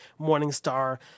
Morningstar